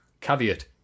Caveat